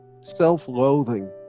self-loathing